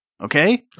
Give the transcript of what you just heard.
Okay